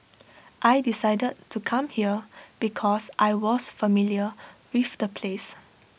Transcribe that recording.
I decided to come here because I was familiar with the place